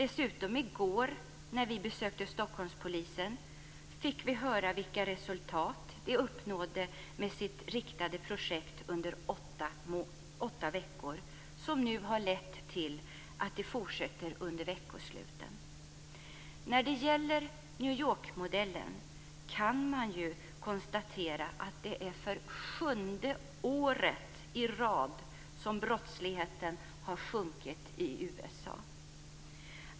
När vi i går besökte Stockholmspolisen fick vi dessutom höra vilka resultat de uppnådde med sitt riktade projekt under åtta veckor, något som nu har lett till att de fortsätter under veckosluten. När det gäller New York-modellen kan man ju konstatera att brottsligheten för sjunde året i rad har sjunkit i USA.